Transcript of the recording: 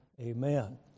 Amen